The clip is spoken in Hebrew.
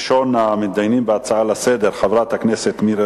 ראשונת המתדיינים בהצעה לסדר-היום